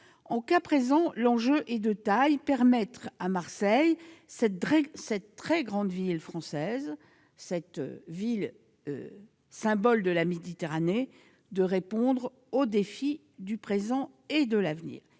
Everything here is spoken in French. Au cas présent, l'enjeu est de taille. Il s'agit de permettre à Marseille, cette très grande ville française, symbole de la Méditerranée, de répondre aux défis du présent et de l'avenir.